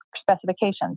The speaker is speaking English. specifications